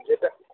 যেটা